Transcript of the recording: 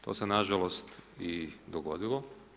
To se nažalost i dogodilo.